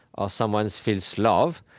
or someone feels love,